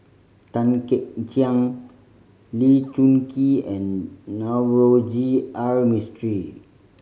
Tan Kek Hiang Lee Choon Kee and Navroji R Mistri